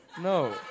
No